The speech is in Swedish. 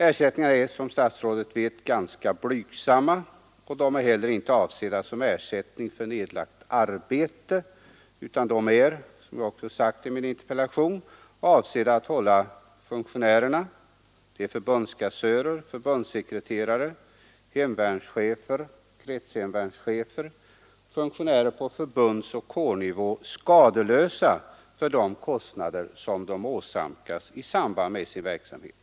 De är, som statsrådet vet, ganska blygsamma och är heller inte avsedda som ersättning för nedlagt arbete, utan de är, som jag har framhållit i min interpellation, avsedda att hålla funktionärerna — dvs. förbundskassörer, förbundssekreterare, hemvärnschefer, kretshemvärnschefer och funktionärer på förbundsoch kårnivå — skadeslösa för de kostnader som de åsamkas i samband med sin verksamhet.